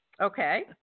Okay